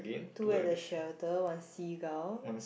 two at the shelter one seagull